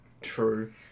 True